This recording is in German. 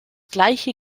gleiche